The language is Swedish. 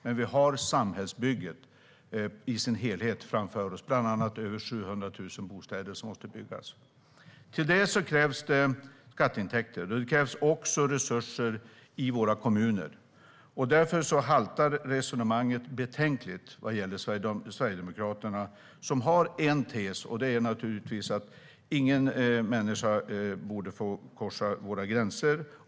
Men vi har samhällsbygget i dess helhet framför oss. Bland annat måste över 700 000 bostäder byggas. Till det krävs det skatteintäkter. Det krävs också resurser i våra kommuner. Därför haltar Sverigedemokraternas resonemang betänkligt. Sverigedemokraterna har en tes, och den är naturligtvis att ingen människa borde få korsa våra gränser.